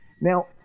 Now